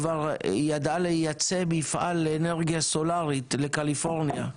כבר ידעה לייצא מפעל לאנרגיה סולארית לקליפורניה,